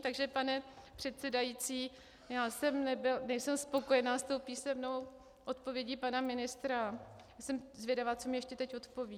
Takže pane předsedající, já nejsem spokojena s písemnou odpovědí pana ministra a jsem zvědava, co mi ještě teď odpoví.